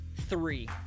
Three